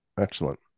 Excellent